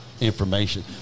information